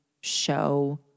show